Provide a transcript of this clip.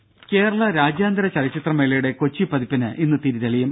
ദര കേരള രാജ്യാന്തര ചലച്ചിത്രമേളയുടെ കൊച്ചി പതിപ്പിന് ഇന്ന് തിരിതെളിയും